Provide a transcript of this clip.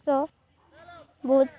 ର ବହୁତ